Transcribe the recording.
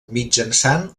mitjançant